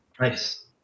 Nice